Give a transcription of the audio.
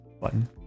button